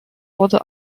wurde